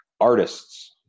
artists